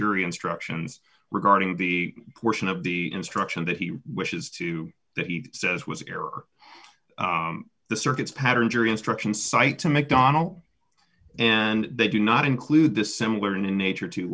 jury instructions regarding the portion of the instruction that he wishes to that he says was error the circuits pattern jury instructions cite to mcdonnell and they do not include the similar nature to